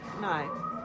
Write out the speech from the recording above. No